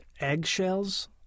eggshells